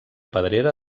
pedrera